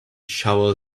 shovel